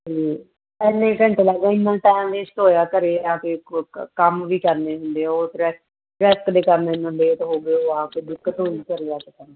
ਅਤੇ ਇੰਨੇ ਘੰਟੇ ਲੱਗਦਾ ਇੰਨਾ ਟੈਮ ਵੇਸਟ ਹੋਇਆ ਘਰ ਆ ਕੇ ਕੋ ਕ ਕੰਮ ਵੀ ਕਰਨੇ ਹੁੰਦੇ ਆ ਉਹ ਪ੍ਰੈਸ ਪ੍ਰੈਸ ਵੀ ਕਰਨੇ ਨੂੰ ਲੇਟ ਹੋ ਗਏ ਉਹ ਆ ਕੇ ਦਿੱਕਤ ਹੋ ਗਈ ਘਰ ਆ ਕੇ ਤਾਂ